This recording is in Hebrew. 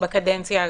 בקדנציה הראשונה.